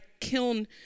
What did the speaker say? kiln